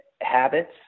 habits